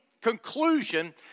conclusion